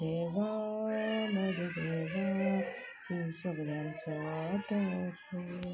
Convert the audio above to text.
देवा म्हज्या देवा तूं सगळ्यांंचो आदार रे